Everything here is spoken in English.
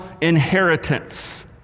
inheritance